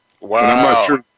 Wow